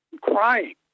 crying